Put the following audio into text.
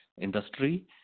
industry